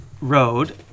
road